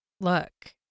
look